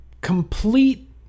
complete